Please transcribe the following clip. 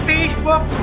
Facebook